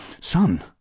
Son